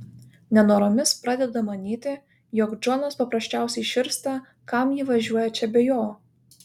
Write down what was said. nenoromis pradeda manyti jog džonas paprasčiausiai širsta kam ji važiuoja čia be jo